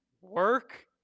work